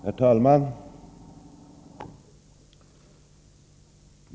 Herr talman!